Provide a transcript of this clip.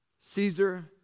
Caesar